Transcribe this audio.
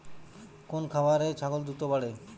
কোন খাওয়ারে ছাগল দ্রুত বাড়ে?